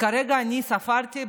כרגע אני ספרתי,